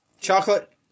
Chocolate